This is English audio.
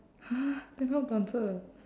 !huh! then how to answer